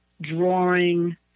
drawing